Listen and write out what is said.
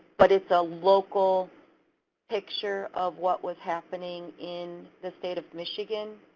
but it's a local picture of what was happening in the state of michigan.